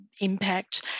impact